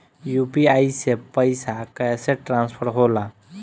UPI से पैसा कैसे ट्रांसफर होला?